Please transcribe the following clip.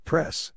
Press